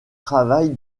travaille